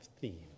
theme